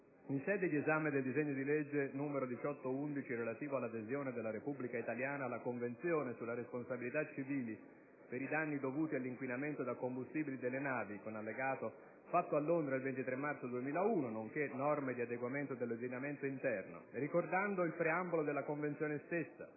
in sede di esame del disegno di legge n. 1811 relativo all'adesione della Repubblica italiana alla Convenzione sulla responsabilità civile per i danni dovuti all'inquinamento da combustibile delle navi, con allegato, fatta a Londra il 23 marzo 2001, nonché norme di adeguamento dell'ordinamento interno, ricordando il preambolo della Convenzione stessa,